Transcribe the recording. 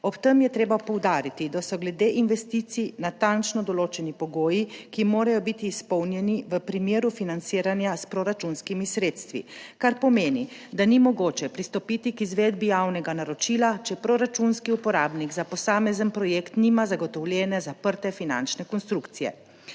Ob tem je treba poudariti, da so glede investicij natančno določeni pogoji, ki morajo biti izpolnjeni v primeru financiranja s proračunskimi sredstvi. Kar pomeni, da ni mogoče pristopiti k izvedbi javnega naročila, če proračunski uporabnik za posamezen projekt nima zagotovljene **42. TRAK: (NB)